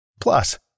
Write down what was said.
Plus